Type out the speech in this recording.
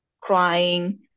crying